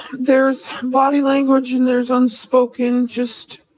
there's body language and there's unspoken, just,